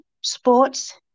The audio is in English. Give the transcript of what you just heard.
sports